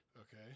okay